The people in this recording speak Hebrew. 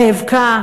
נאבקה,